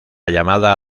llamada